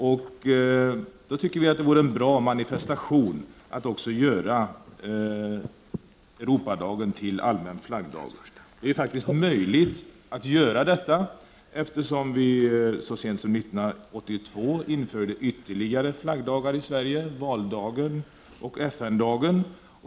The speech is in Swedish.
Vi anser därför att det vore en bra manifestation att göra Europadagen till allmän flaggdag. Det är faktiskt möjligt att göra detta, eftersom vi så sent som 1982 införde ytterligare flaggdagar i Sverige — valdagen och FN-dagen.